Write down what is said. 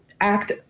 act